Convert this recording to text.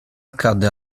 accade